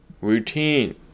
routine